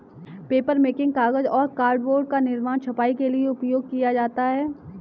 papermaking कागज और cardboard का निर्माण है छपाई के लिए उपयोग किया जाता है